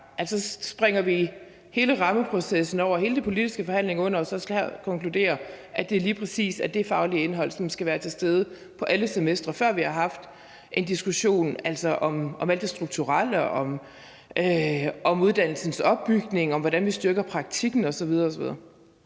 springer vi hele rammeprocessen og hele den politiske behandling over, og konkluderer, at det lige præcis er det faglige indhold, som skal være til stede på alle semestre, før vi har haft en diskussion om alt det strukturelle, om uddannelsens opbygning, om, hvordan vi styrker praktikken osv.